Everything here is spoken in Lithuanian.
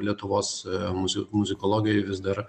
lietuvos muzi muzikologai vis dar